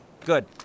Good